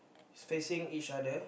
is facing each other